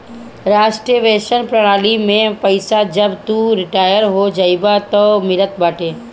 राष्ट्रीय पेंशन प्रणाली में पईसा जब तू रिटायर हो जइबअ तअ मिलत बाटे